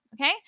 Okay